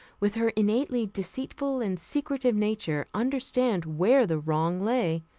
with her innately deceitful and secretive nature, understand where the wrong lay?